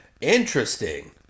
Interesting